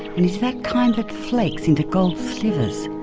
and is that kind that flakes into gold slivers.